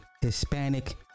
Hispanic